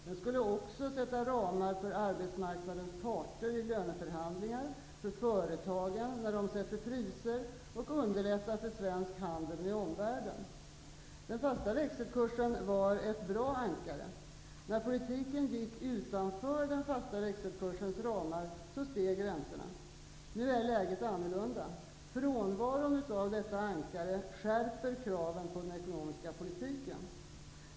Den skulle också sätta ramar för arbetsmarknadens parter i löneförhandlingar och för företagen när de sätter priser samt underlätta för svensk handel med omvärlden. Den fasta växelkursen var ett bra ankare. När politiken gick utanför den fasta växelkursens ramar, steg räntorna. Nu är läget annorlunda. Frånvaron av detta ankare skärper kraven på den ekonomiska politiken.